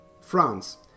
France